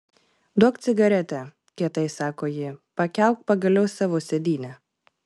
duok cigaretę kietai sako ji pakelk pagaliau savo sėdynę